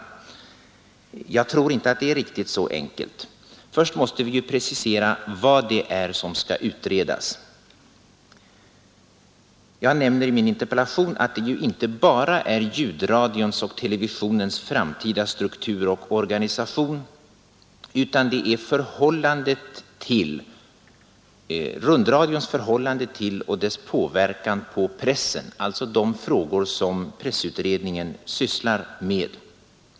Men jag tror inte att det är riktigt så enkelt. Först måste vi precisera vad som skall utredas. Av min interpellation framgår att det inte bara är ljudradions och televisions framtida struktur och organisation det är fråga om utan också rundradions förhållande till och dess påverkan på pressen, alltså de frågor som pressutredningen sysslar med.